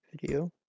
video